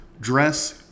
dress